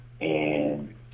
and-